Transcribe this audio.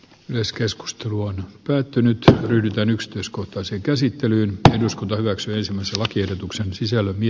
myös keskustelu on käyty nyt ryhdytään yksityiskohtaiseen käsittelyyn eduskunta hyväksyy se lakiehdotuksen sisällön ja